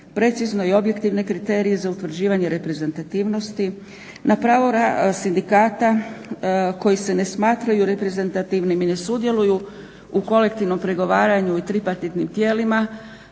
precizne i objektivne kriterije za utvrđivanje reprezentativnosti, na pravo sindikata koji se ne smatraju reprezentativnim i ne sudjeluju u kolektivnom pregovaranju i tripartitnim tijelima